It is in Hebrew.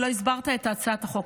ולא הסברת את הצעת החוק.